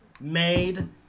made